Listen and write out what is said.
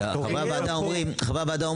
חברי וועדה אומרים,